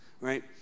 right